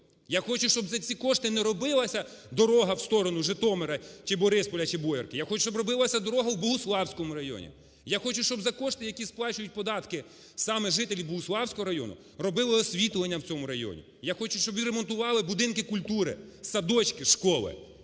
Я хочу, щоб за ці кошти не робилася дорога в сторону Житомира чи Борисполя, чи Боярки, я хочу, щоб робилася дорога в Богуславському районі, я хочу, щоб за кошти, які сплачують податки саме жителі Богуславського району робили освітлення в цьому районі, я хочу, щоб і ремонтували будинки культури, садочки, школи.